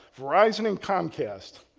verizon and comcast,